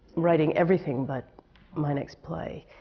writing everything but my next play.